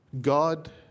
God